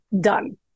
done